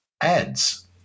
ads